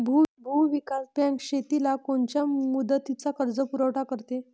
भूविकास बँक शेतीला कोनच्या मुदतीचा कर्जपुरवठा करते?